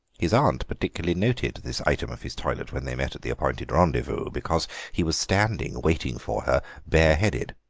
his aunt particularly noted this item of his toilet when they met at the appointed rendezvous, because he was standing waiting for her bareheaded.